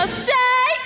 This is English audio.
stay